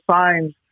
signs